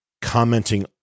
commenting